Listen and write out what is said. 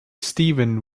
steven